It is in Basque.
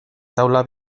taula